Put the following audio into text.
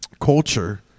culture